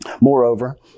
Moreover